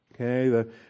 okay